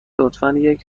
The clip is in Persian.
راهنمای